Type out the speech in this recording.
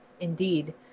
indeed